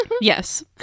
Yes